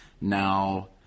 now